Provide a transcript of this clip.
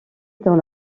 dans